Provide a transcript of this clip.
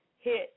hit